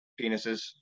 penises